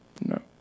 No